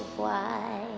why